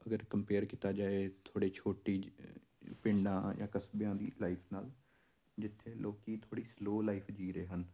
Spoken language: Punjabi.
ਅਗਰ ਕੰਪੇਅਰ ਕੀਤਾ ਜਾਵੇ ਥੋੜ੍ਹੇ ਛੋਟੀ ਪਿੰਡਾਂ ਜਾਂ ਕਸਬਿਆਂ ਦੀ ਲਾਈਫ ਨਾਲ ਜਿੱਥੇ ਲੋਕ ਥੋੜ੍ਹੀ ਸਲੋਅ ਲਾਈਫ ਜੀ ਰਹੇ ਹਨ